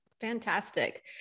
Fantastic